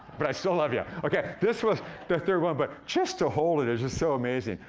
but i still love ya. okay, this was the third one, but just to hold it is just so amazing.